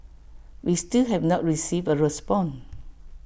we still have not received A response